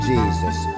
Jesus